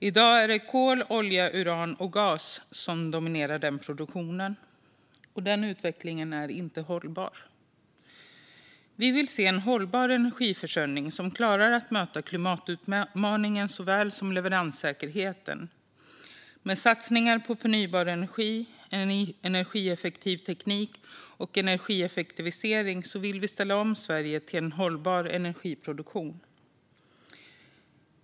I dag är det kol, olja, uran och gas som dominerar produktionen. Den utvecklingen är inte hållbar. Vi vill se en hållbar energiförsörjning som klarar att möta klimatutmaningen såväl som leveranssäkerheten. Med satsningar på förnybar energi, energieffektiv teknik och energieffektivisering vill vi ställa om Sverige till en hållbar energiproduktion.